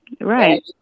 Right